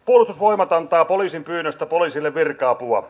puolustusvoimat antaa poliisin pyynnöstä poliisille virka apua